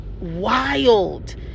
wild